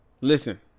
Listen